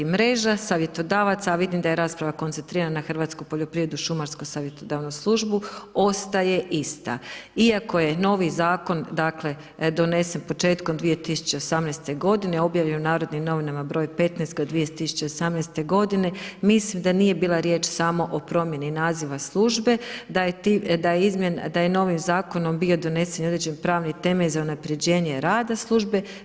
Mreža savjetodavaca, a vidim da je rasprava koncentrirana na hrvatsku poljoprivredu, šumarsko savjetodavnu službu, ostaje ista, iako je novi Zakon dakle donesen početkom 2018. godine, objavljen je u NN broj 15/2018. godine, mislim da nije bila riječ samo o promjeni naziva službe, da je novim Zakonom bio donesen i određeni pravni temelj za unapređenje rada službe.